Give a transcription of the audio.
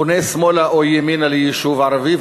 פונה שמאלה או ימינה ליישוב ערבי,